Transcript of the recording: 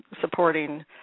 supporting